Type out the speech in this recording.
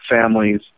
families